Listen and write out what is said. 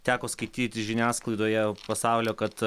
teko skaityti žiniasklaidoje pasaulio kad